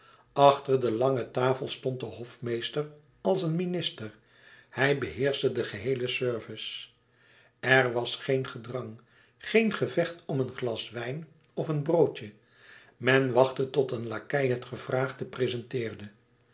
achter de lange tafels stond de hofmeester als een minister hij beheerschte de geheele service er was geen gedrang geen gevecht om een glas wijn of een broodje men wachtte tot een lakei het gevraagde prezenteerde